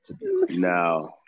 No